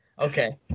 Okay